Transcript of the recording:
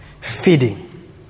Feeding